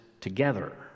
together